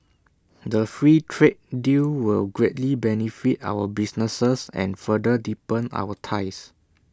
the free trade deal will greatly benefit our businesses and further deepen our ties